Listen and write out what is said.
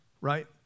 right